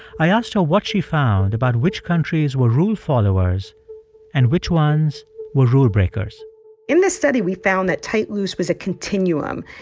i asked her what she found about which countries were rule followers and which ones were rule breakers in this study, we found that tight-loose was a continuum.